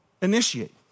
initiate